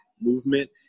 movement